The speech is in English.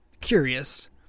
curious